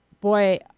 Boy